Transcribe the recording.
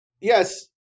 Yes